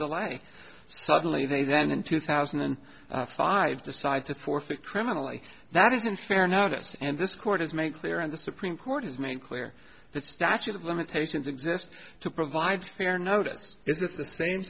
life suddenly they then in two thousand and five decide to forfeit criminally that isn't fair notice and this court has made clear and the supreme court has made clear that the statute of limitations exists to provide fair not